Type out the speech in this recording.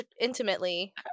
intimately